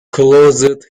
closed